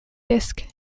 disc